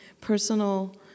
personal